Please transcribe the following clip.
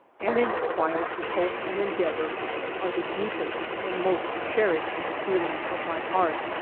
and inspired to hope and en deavor, are the deepest and most cherished feeh'ngs of my heart.